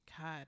God